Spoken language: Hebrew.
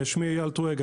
שמי אייל טואג,